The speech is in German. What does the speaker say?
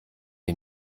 ihr